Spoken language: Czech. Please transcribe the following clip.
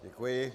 Děkuji.